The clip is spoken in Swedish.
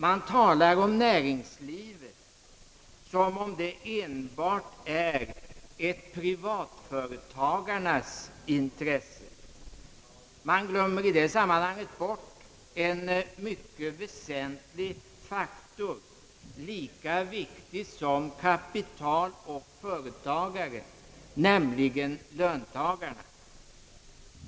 Man behandlar näringslivet som om det enbart är ett privatföretagarnas intresse och glömmer i sammanhanget bort en mycket väsentlig faktor, lika viktig som kapital och företagare, nämligen löntagarna.